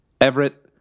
Everett